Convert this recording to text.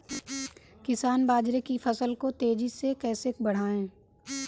किसान बाजरे की फसल को तेजी से कैसे बढ़ाएँ?